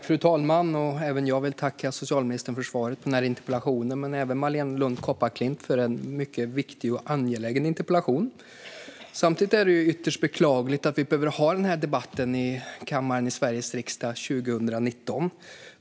Fru talman! Även jag tackar socialministern för svaret på interpellationen. Jag tackar också Marléne Lund Kopparklint för en mycket viktig och angelägen interpellation. Samtidigt är det ytterst beklagligt att vi behöver ha den här debatten i kammaren i Sveriges riksdag 2019.